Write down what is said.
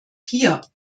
hier